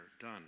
Done